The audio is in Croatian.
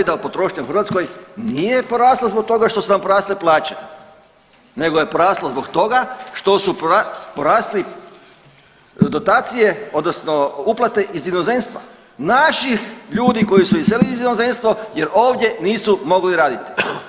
To govori da potrošnja u Hrvatskoj nije porasla zbog toga što su nam porasle plaće nego je poraslo zbog toga što su porasli dotacije odnosno uplate iz inozemstva naših ljudi koji su iselili iz inozemstvo jer ovdje nisu mogli raditi.